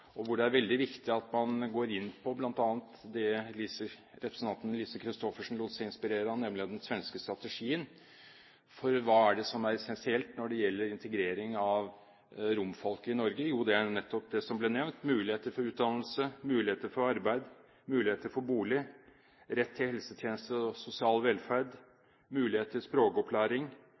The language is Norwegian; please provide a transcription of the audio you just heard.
Det er også veldig viktig at man går inn på bl.a. det som representanten Lise Christoffersen lot seg inspirere av, nemlig av den svenske strategien. For hva er det som er essensielt når det gjelder integrering av romfolket i Norge? Jo, det er nettopp det som er blitt nevnt: muligheter for utdannelse, muligheter for arbeid, muligheter for bolig, rett til helsetjenester og sosial velferd, muligheter for språkopplæring